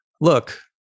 look